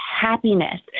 happiness